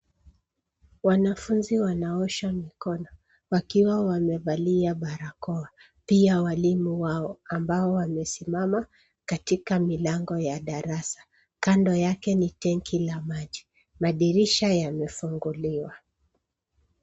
Wanafunzi wanaosha mikono, wakiwa wamevalia barakoa. Pia walimu wao, ambao wamesimama katika milango ya darasa. Kando yake ni tengi la maji. Madirisha yamefunguliwa.